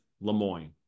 LeMoyne